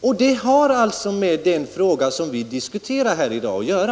Och det har med den fråga som vi diskuterar här i dag att göra!